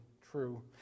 true